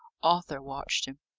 arthur watched him.